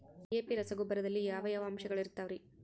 DAP ರಸಗೊಬ್ಬರದಲ್ಲಿ ಯಾವ ಯಾವ ಅಂಶಗಳಿರುತ್ತವರಿ?